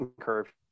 curve